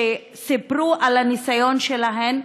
שסיפרו על הניסיון שלהן.